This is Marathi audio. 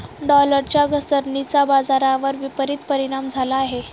डॉलरच्या घसरणीचा बाजारावर विपरीत परिणाम झाला आहे